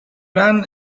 ran